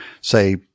say